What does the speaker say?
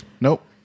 Nope